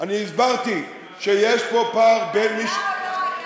אני הסברתי שיש כאן פער, היה או לא היה?